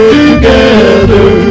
together